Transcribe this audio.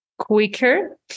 quicker